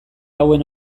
hauen